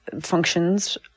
functions